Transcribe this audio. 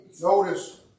Notice